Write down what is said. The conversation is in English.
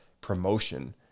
promotion